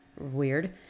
weird